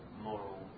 moral